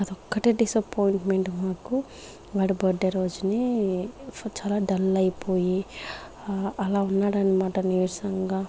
అదొక్కటే డిసప్పాయింట్మెంట్ మాకు వాడి బర్త్డే రోజుని చాలా డల్ అయిపోయి అలా ఉన్నాడనమాట నీరసంగా